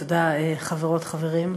תודה, חברות, חברים,